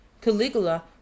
Caligula